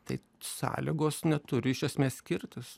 tai sąlygos neturi iš esmės skirtis